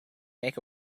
make